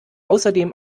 außerdem